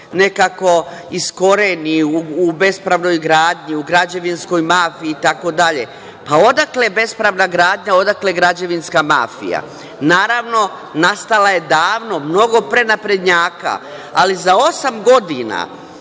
se iskoreni u bespravnoj gradnji, u građevinskoj mafiji itd. Pa, odakle bespravna gradnja, odakle građevinska mafija? Naravno, nastala je davno, mnogo pre naprednjaka, ali za osam godina,